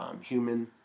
human